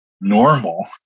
normal